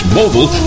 mobile